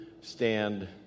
stand